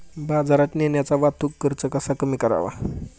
बाजारात नेण्याचा वाहतूक खर्च कसा कमी करावा?